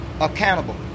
accountable